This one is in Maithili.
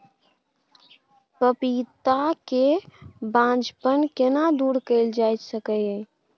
पपीता के बांझपन केना दूर कैल जा सकै ये?